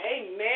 Amen